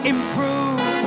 Improve